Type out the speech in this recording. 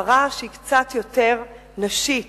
שהיא קצת יותר נשית,